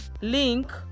link